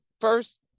first